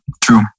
true